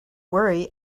worry